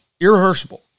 irreversible